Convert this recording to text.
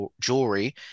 jewelry